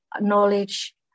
knowledge